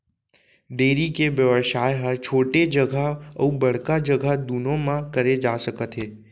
dairy के बेवसाय ह छोटे जघा अउ बड़का जघा दुनों म करे जा सकत हे